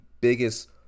biggest